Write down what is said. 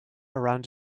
around